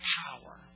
power